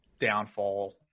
downfall